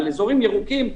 על אזורים ירוקים,